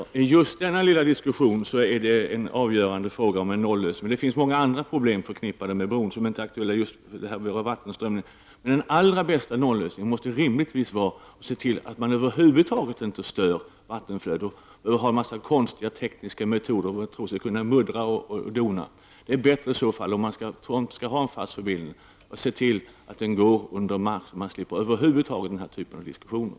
Herr talman! I just denna lilla diskussion är frågan om nollösning det avgörande. Men det finns många andra problem förknippade med en bro men som inte är aktuella i fråga om vattenströmningar. Den allra bästa nollösningen måste rimligtvis vara att se till att vi över huvud taget inte stör vattenflöden och brukar en massa konstiga tekniska metoder och tror sig kunna muddra och dona. Om vi skall ha en fast förbindelse är det bättre att den går under marken så att vi över huvud taget slipper den här typen av diskussioner.